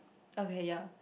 okay ya